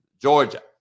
Georgia